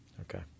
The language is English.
Okay